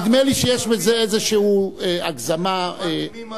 נדמה לי שיש בזה איזו הגזמה מופרכת.